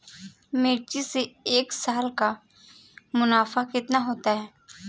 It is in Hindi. मिर्च से एक साल का मुनाफा कितना होता है?